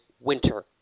winter